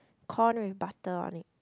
corn with butter on it